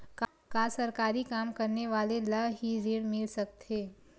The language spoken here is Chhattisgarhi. का सरकारी काम करने वाले ल हि ऋण मिल सकथे?